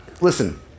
listen